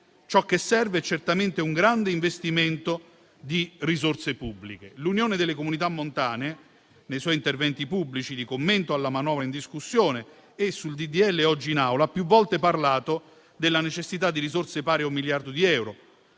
ciò che serve è certamente un grande investimento di risorse pubbliche. L'Unione delle comunità montane, nei suoi interventi pubblici di commento alla manovra in discussione e sul disegno di legge oggi in Aula, ha più volte parlato della necessità di risorse pari a un miliardo di euro,